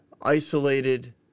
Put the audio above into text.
isolated